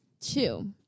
Two